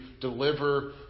deliver